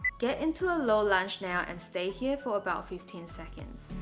get into a low lunge now and stay here for about fifteen seconds